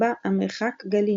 – המרחק, גלינה